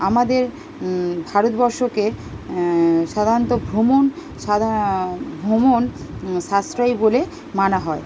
আমাদের ভারতবর্ষকে সাধারণত ভ্রমণ সাধারণ ভ্রমণ সাশ্রয়ী বলে মানা হয়